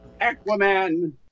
Aquaman